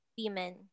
women